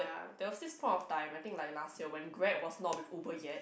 there was this point of time I think like last year when Grab was not with Uber yet